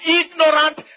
ignorant